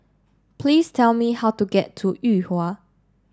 please tell me how to get to Yuhua